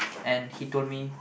and he told me